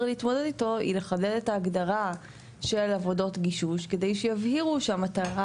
להתמודד איתו היא לחדד את ההגדרה של עבודות גישוש כדי שיבהירו שהמטרה